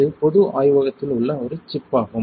இது பொது ஆய்வகத்தில் உள்ள ஒரு சிப் ஆகும்